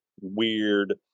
weird